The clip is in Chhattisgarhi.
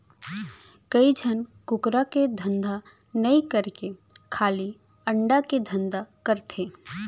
कइ झन कुकरा के धंधा नई करके खाली अंडा के धंधा करथे